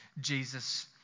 Jesus